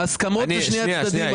הסכמות משני הצדדים.